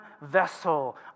vessel